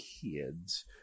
kids